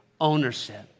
Ownership